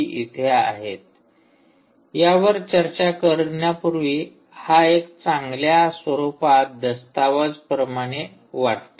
तर इथे यावर चर्चा करण्यापूर्वी हा एका चांगल्या स्वरूपात दस्तावेज प्रमाणे वाटतो